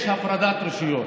יש הפרדת רשויות.